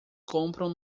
compram